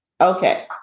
Okay